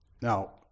Now